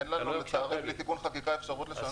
אין לנו, בלי תיקון חקיקה, אפשרות לשנות.